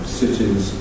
cities